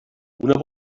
una